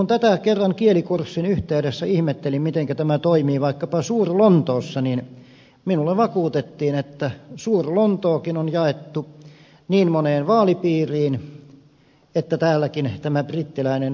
kun kerran kielikurssin yhteydessä ihmettelin mitenkä tämä toimii vaikkapa suur lontoossa niin minulle vakuutettiin että suur lontookin on jaettu niin moneen vaalipiiriin että sielläkin tämä brittiläinen vaalitapa toteutuu